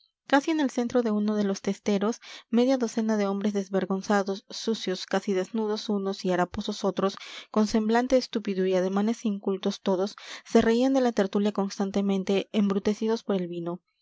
casi en el centro de uno de los testeros media docena de hombres desvergonzados sucios casi desnudos unos y haraposos otros con semblante estúpido y ademanes incultos todos se reían de la tertulia constantemente embrutecidos por el vino